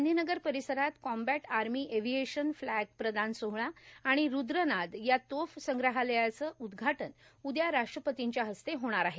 गांधीनगर परिसरात combat army aviation flag प्रदान सोहळा आणि रुद्रनाद या तोफ संग्रहालयाचं उदघाटन उदया राष्ट्रपतींच्या हस्ते होणार आहे